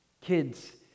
Kids